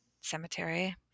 cemetery